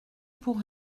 pour